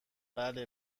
بله